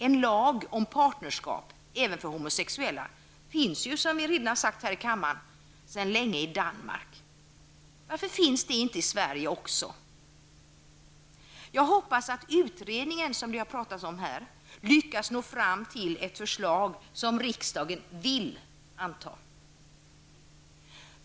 En lag om partnerskap även för homosexuella finns som redan har sagts här i kammaren sedan länge i Danmark. Varför finns inte en sådan i Sverige också? Jag hoppas att utredningen, som det har talats om här, lyckas nå fram till ett förslag som riksdagen vill anta.